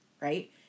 right